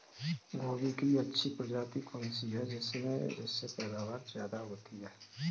गोभी की अच्छी प्रजाति कौन सी है जिससे पैदावार ज्यादा हो?